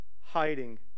hiding